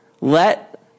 Let